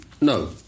No